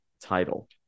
title